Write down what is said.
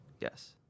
Yes